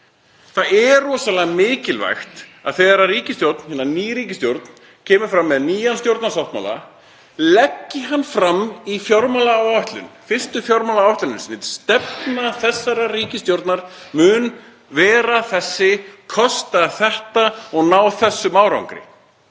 Það er rosalega mikilvægt að þegar ný ríkisstjórn kemur fram með nýjan stjórnarsáttmála leggi hún hann fram í fjármálaáætlun, fyrstu fjármálaáætlun sinni. Stefna þessarar ríkisstjórnar mun vera þessi, kosta þetta og skila þessum árangri.